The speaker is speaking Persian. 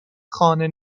خانه